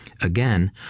again